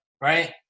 right